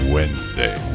Wednesday